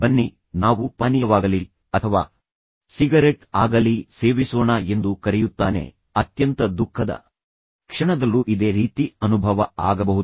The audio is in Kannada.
ಬನ್ನಿ ನಾವು ಪಾನೀಯವಾಗಲೀ ಅಥವಾ ಸಿಗರೆಟ್ ಆಗಲೀ ಸೇವಿಸೋಣ ಎಂದು ಕರೆಯುತ್ತಾನೆ ಅತ್ಯಂತ ದುಃಖದ ಕ್ಷಣದಲ್ಲೂ ಇದೆ ರೀತಿ ಅನುಭವ ಆಗಬಹುದು